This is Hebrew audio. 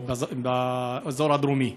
באזור הדרום.